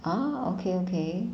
oh okay okay